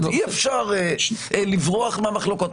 אי אפשר לברוח מהמחלוקות,